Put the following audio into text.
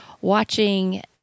watching